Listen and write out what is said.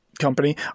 company